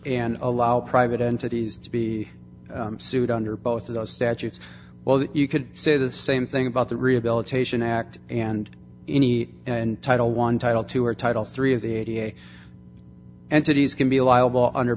and allow private entities to be sued under both of those statutes well that you could say the same thing about the rehabilitation act and any and title one title two or title three of the entities can be liable under